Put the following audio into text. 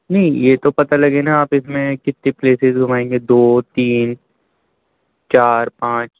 نہیں یہ تو پتہ لگے نا آپ اس میں کتی پلیسز گھمائیں گے دو تین چار پانچ